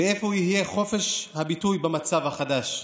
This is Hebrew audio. ואיפה יהיה חופש הביטוי במצב החדש?